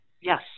Yes